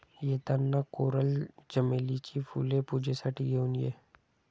येताना कोरल चमेलीची फुले पूजेसाठी घेऊन ये